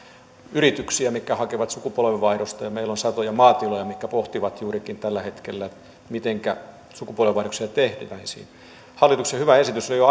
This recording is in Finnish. yrityksiä mitkä hakevat sukupolvenvaihdosta ja meillä on satoja maatiloja mitkä pohtivat juurikin tällä hetkellä mitenkä sukupolvenvaihdoksia tehtäisiin metsälahjavähennys oli jo